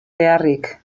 beharrik